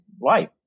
life